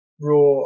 Raw